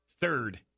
third